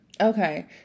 Okay